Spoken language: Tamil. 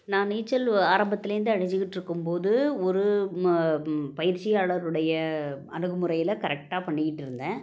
நான் நீச்சல் ஆரம்பத்துலேருந்தே அடிச்சுக்கிட்ருக்கும் போது ஒரு ம பயிற்சியாளருடைய அணுகுமுறையில் கரெக்டாக பண்ணிக்கிட்டிருந்தேன்